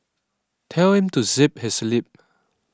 tell him to zip his lip